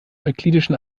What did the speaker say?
euklidischen